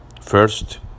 first